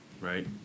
right